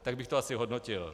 Tak bych to asi hodnotil.